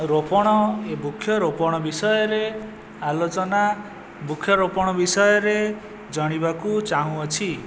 ରୋପଣ ବୃକ୍ଷରୋପଣ ବିଷୟରେ ଆଲୋଚନା ବୃକ୍ଷରୋପଣ ବିଷୟରେ ଜାଣିବାକୁ ଚାହୁଁଅଛି